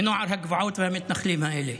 מנוער הגבעות והמתנחלים האלה,